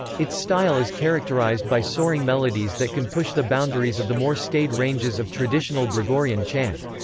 its style is characterized by soaring melodies that can push the boundaries of the more staid ranges of traditional gregorian chant.